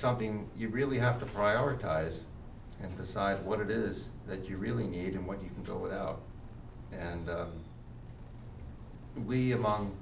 something you really have to prioritize and decide what it is that you really need and what you can do without and we among